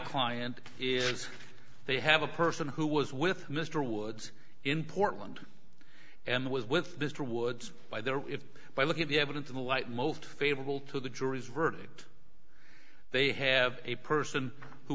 client is they have a person who was with mr woods in portland and was with this to woods by there if by looking at the evidence in the light most favorable to the jury's verdict they have a person who